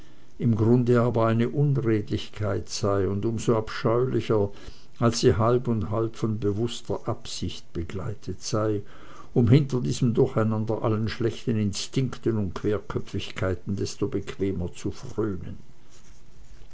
im grunde aber eine unredlichkeit sei und um so abscheulicher als sie halb und halb von bewußter absicht begleitet sei um hinter diesem durcheinander allen schlechten instinkten und querköpfigkeiten desto bequemer zu frönen